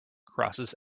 crosses